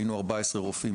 היינו 14 רופאים,